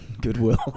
Goodwill